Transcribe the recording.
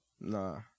Nah